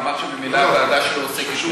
הוא אמר שממילא הוועדה שלו עוסקת בזה.